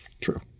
True